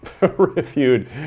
reviewed